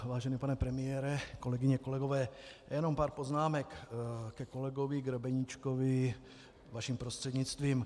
Vážený pane premiére, kolegyně, kolegové, jenom pár poznámek ke kolegovi Grebeníčkovi, vaším prostřednictvím.